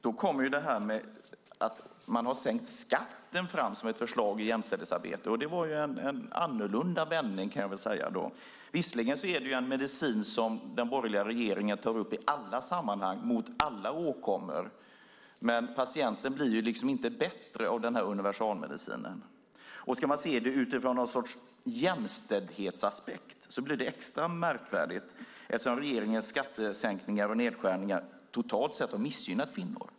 Då kommer det här att man har sänkt skatten som ett förslag i jämställdhetsarbetet. Det var då en annorlunda vändning, kan jag säga. Visserligen är det en medicin som den borgerliga regeringen tar upp i alla sammanhang mot alla åkommor. Men patienten blir inte bättre av den här universalmedicinen. Sett utifrån någon sorts jämställdhetsaspekt blir det extra märkvärdigt eftersom regeringens skattesänkningar och nedskärningar totalt sett har missgynnat kvinnor.